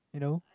you know